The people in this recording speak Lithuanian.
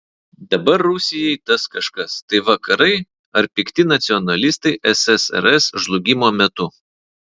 dabar rusijai tas kažkas tai vakarai ar pikti nacionalistai ssrs žlugimo metu